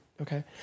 okay